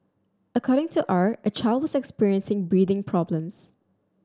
according to R a child was experiencing breathing problems